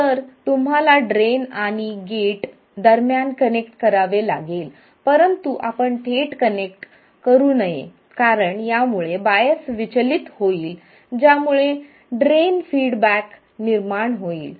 तर तुम्हाला ड्रेन आणि गेट दरम्यान कनेक्ट करावे लागेल परंतु आपण थेट कनेक्ट करू नये कारण यामुळे बाएस विचलित होईल ज्यामुळे ड्रेन फीडबॅक निर्माण होईल